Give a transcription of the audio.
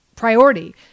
priority